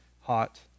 hot